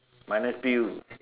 minus bill